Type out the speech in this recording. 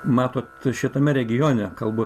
matot šitame regione kalbu